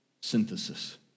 synthesis